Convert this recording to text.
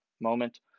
moment